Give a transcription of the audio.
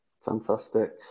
Fantastic